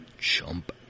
chump